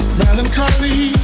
melancholy